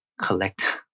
collect